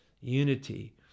unity